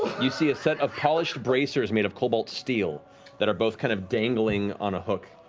you see a set of polished bracers made of cobalt steel that are both kind of dangling on a hook,